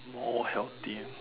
more healthy